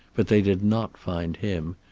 but they did not find him,